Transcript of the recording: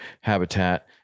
habitat